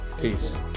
Peace